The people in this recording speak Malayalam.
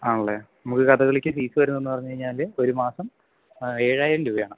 ആണല്ലേ നമുക്ക് കഥകളിക്ക് ഫീസ് വരുന്നത് എന്ന് പറഞ്ഞ് കഴിഞ്ഞാൽ ഒരു മാസം ഏഴായിരം രൂപയാണ്